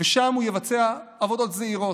ושם הוא יבצע עבודות זעירות,